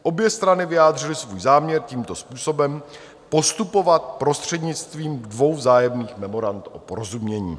Obě strany vyjádřily svůj záměr tímto způsobem postupovat prostřednictvím dvou vzájemných memorand o porozumění.